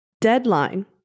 deadline